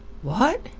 what?